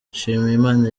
nshimiyimana